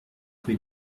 rue